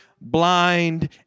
blind